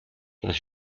das